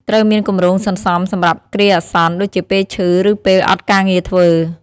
ត្រូវមានគម្រោងសន្សំសម្រាប់គ្រាអាសន្ន ដូចជាពេលឈឺ ឬពេលអត់ការងារធ្វើ។